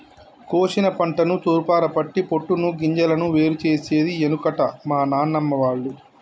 కోశిన పంటను తూర్పారపట్టి పొట్టును గింజలను వేరు చేసేది ఎనుకట మా నానమ్మ వాళ్లు